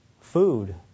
food